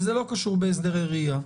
וזה לא קשור בהסדרי ראייה?